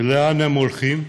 ולאן הם הולכים?